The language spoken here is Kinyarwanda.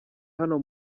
hano